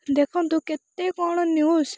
ଦେଖନ୍ତୁ କେତେ କ'ଣ ନିୟୁଜ